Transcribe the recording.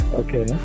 okay